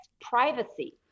privacy